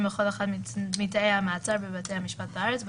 בכל אחד מתאי המעצר בבתי המשפט בארץ,